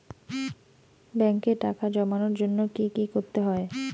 ব্যাংকে টাকা জমানোর জন্য কি কি করতে হয়?